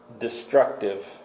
destructive